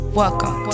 welcome